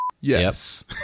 Yes